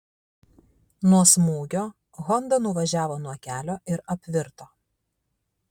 nuo smūgio honda nuvažiavo nuo kelio ir apvirto